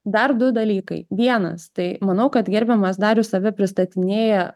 dar du dalykai vienas tai manau kad gerbiamas darius save pristatinėja